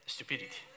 Stupidity